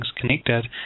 connected